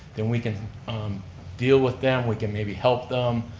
then we can um deal with them, we can maybe help them,